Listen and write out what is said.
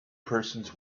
persons